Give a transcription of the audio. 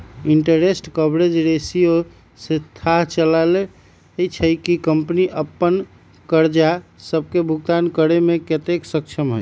interest coverage ratio से थाह चललय छै कि कंपनी अप्पन करजा सभके भुगतान करेमें कतेक सक्षम हइ